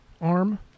arm